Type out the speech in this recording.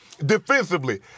defensively